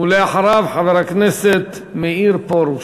ואחריו, חבר הכנסת מאיר פרוש.